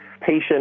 patient